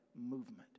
movement